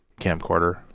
camcorder